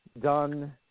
done